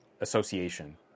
Association